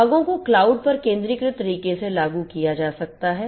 भागों को क्लाउड पर केंद्रीकृत तरीके से लागू किया जा सकता है